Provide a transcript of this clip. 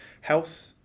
health